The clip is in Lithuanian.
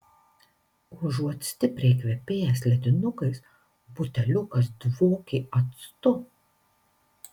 užuot stipriai kvepėjęs ledinukais buteliukas dvokė actu